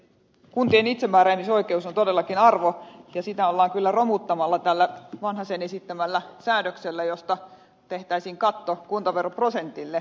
kuntien itsemääräämisoikeus on todellakin arvo ja sitä ollaan kyllä romuttamassa tällä vanhasen esittämällä säädöksellä jolla tehtäisiin katto kuntaveroprosentille